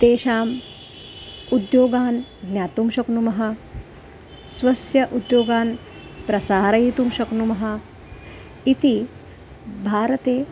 तेषाम् उद्योगान् ज्ञातुं शक्नुमः स्वस्य उद्योगान् प्रसारयितुं शक्नुमः इति भारते